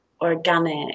organic